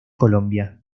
colombia